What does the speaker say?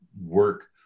work